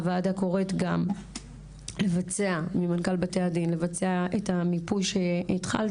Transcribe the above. הוועדה קוראת למנכ"ל בתי הדין לבצע את המיפוי שהתחלתם,